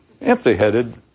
Empty-headed